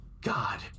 God